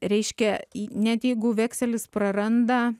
reiškia į net jeigu vekselis praranda